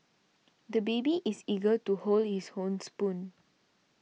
the baby is eager to hold his own spoon